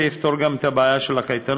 זה יפתור גם את הבעיה של הקייטנות,